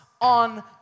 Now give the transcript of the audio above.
on